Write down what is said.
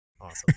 Awesome